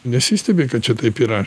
nesistebi kad šitaip yra